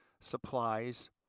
supplies